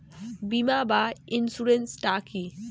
বিমা বা ইন্সুরেন্স টা কি?